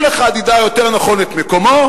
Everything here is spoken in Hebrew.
כל אחד ידע יותר נכון את מקומו,